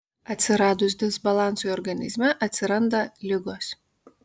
atsiradus disbalansui organizme atsiranda ligos